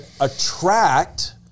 attract